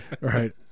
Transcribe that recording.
right